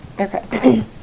Okay